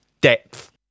depth